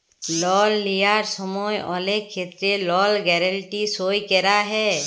লল লিয়ার সময় অলেক ক্ষেত্রে লল গ্যারাল্টি সই ক্যরা হ্যয়